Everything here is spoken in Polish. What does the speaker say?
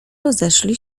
rozeszli